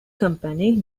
company